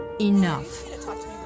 enough